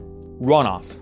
Runoff